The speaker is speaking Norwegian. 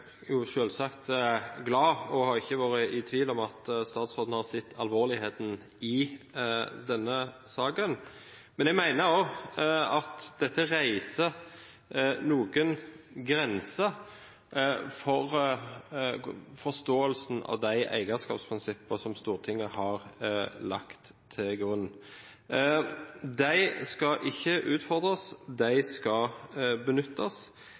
har ikke vært i tvil om at statsråden har sett alvoret i denne saken, men jeg mener også at dette reiser noen grenser for forståelsen av de eierskapsprinsippene som Stortinget har lagt til grunn. De skal ikke utfordres; de skal benyttes.